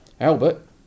Albert